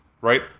right